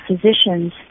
physicians